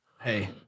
Hey